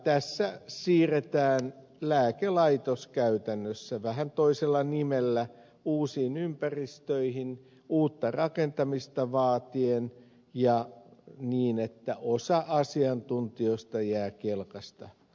tässä siirretään lääkelaitos käytännössä vähän toisella nimellä uusiin ympäristöihin uutta rakentamista vaatien ja niin että osa asiantuntijoista jää kelkasta